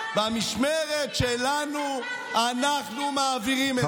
במשמרת שלנו אנחנו מעבירים את זה.